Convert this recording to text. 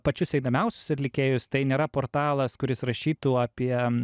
pačius įdomiausius atlikėjus tai nėra portalas kuris rašytų apie